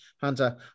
Hunter